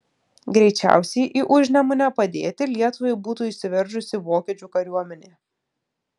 greičiausiai į užnemunę padėti lietuvai būtų įsiveržusi vokiečių kariuomenė